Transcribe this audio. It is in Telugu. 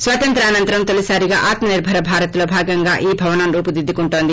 స్వాతంత్రానంతరం తొలిసారిగా ఆత్మ నిర్పర భారత్ లో భాగంగా ఈ భవనం రూపుదిద్దుకుంటోంది